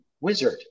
Wizard